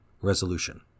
Resolution